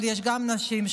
אבל יש גם נשים,